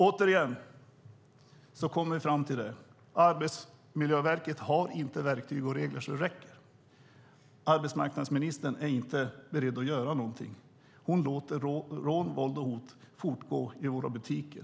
Återigen kommer vi fram till att Arbetsmiljöverket inte har verktyg och regler så att det räcker. Arbetsmarknadsministern är inte beredd att göra någonting. Hon låter rån, våld och hot fortgå i våra butiker.